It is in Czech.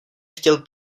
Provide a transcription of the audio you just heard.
chtěl